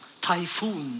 typhoon